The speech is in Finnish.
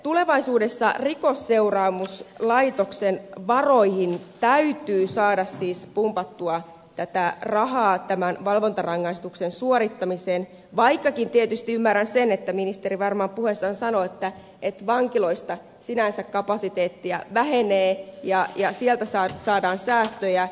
tulevaisuudessa rikosseuraamuslaitoksen varoihin täytyy siis saada pumpattua rahaa tämän valvontarangaistuksen suorittamiseen vaikkakin tietysti ymmärrän sen että ministeri varmaan puheessaan sanoo että vankiloista sinänsä kapasiteettia vähenee ja sieltä saadaan säästöjä